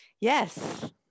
Yes